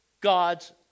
God's